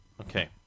Okay